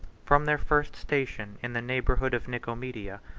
from their first station in the neighborhood of nicomedia,